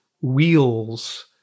wheels